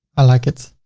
i like it.